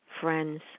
friends